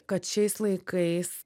kad šiais laikais